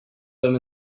them